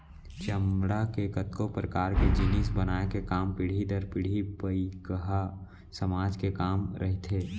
चमड़ा ले कतको परकार के जिनिस बनाए के काम पीढ़ी दर पीढ़ी पईकहा समाज के काम रहिथे